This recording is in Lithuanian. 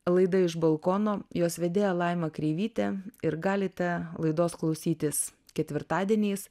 laida iš balkono jos vedėja laima kreivytė ir galite laidos klausytis ketvirtadieniais